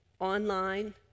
online